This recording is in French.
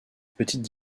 petites